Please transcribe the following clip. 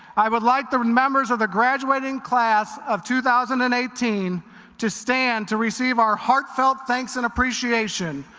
i would like the members of the graduating class of two thousand and eighteen to stand to receive our heartfelt thanks and appreciation.